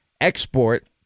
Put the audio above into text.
export